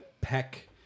Peck